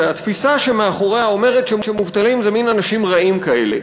שהתפיסה שמאחוריה אומרת שמובטלים זה מין אנשים רעים כאלה,